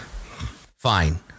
fine